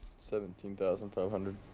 seventeen thousand five hundred.